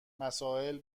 مسائل